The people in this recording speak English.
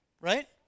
right